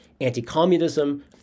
anti-communism